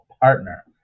partner